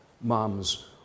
moms